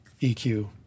EQ